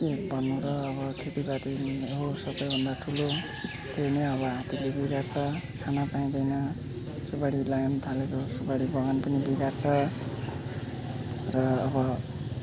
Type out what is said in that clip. के भन्नु र अब खेतीपाती नै हो सबभन्दा ठुलो त्यो नै अब हात्तीले बिगार्छ खानु पाइँदैन सुपारी लगाउनु थालेको सुपारी बगान पनि बिगार्छ र अब